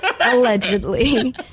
allegedly